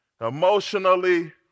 emotionally